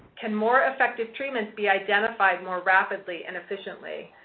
can more effective treatments be identified more rapidly and efficiently?